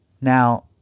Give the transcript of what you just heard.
Now